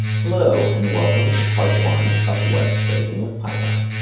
hello, and welcome to part one of web scraping with python.